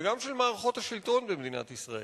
וגם של מערכות השלטון במדינת ישראל.